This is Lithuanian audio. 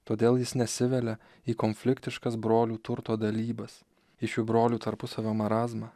todėl jis nesivelia į konfliktiškas brolių turto dalybas į šių brolių tarpusavio marazmą